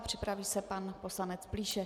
Připraví se pan poslanec Plíšek.